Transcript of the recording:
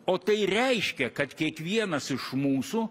o tai reiškia kad kiekvienas iš mūsų